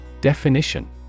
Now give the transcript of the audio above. Definition